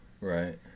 Right